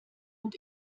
und